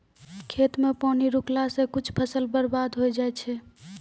खेत मे पानी रुकला से कुछ फसल बर्बाद होय जाय छै